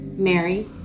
Mary